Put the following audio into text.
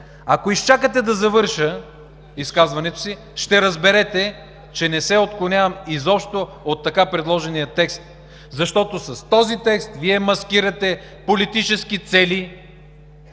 ако изчакате да завърша изказването си ще разберете, че не се отклонявам изобщо от така предложения текст, защото с този текст Вие маскирате политически цели